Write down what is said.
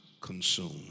consumed